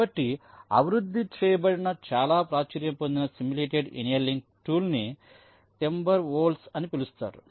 కాబట్టి అభివృద్ధి చేయబడిన చాలా ప్రాచుర్యం పొందిన సిములేటెడ్ ఎనియలింగ్ టూల్ ని టింబర్వోల్ఫ్ అని పిలుస్తారు